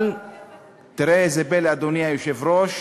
אבל תראה איזה פלא, אדוני היושב-ראש,